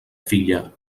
filla